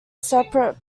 separate